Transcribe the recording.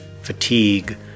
fatigue